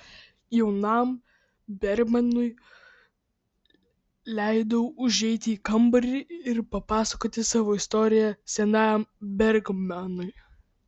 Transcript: jaunam bergmanui leidau užeiti į kambarį ir papasakoti savo istoriją senajam bergmanui